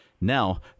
Now